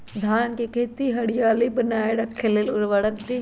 धान के खेती की हरियाली बनाय रख लेल उवर्रक दी?